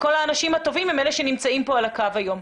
כל האנשים הטובים הם אלה שנמצאים כאן על הקו היום.